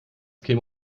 käme